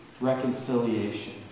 reconciliation